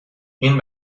این